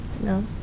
No